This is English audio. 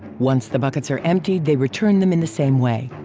once the buckets are emptied they return them in the same way.